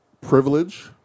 privilege